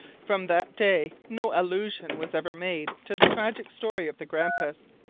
from that day no allusion was ever made to the tragic story of the grampus.